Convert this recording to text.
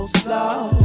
slow